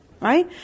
right